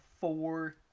four